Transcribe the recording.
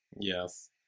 Yes